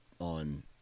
on